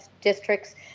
districts